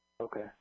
Okay